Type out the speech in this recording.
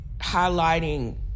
highlighting